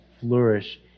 flourish